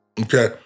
okay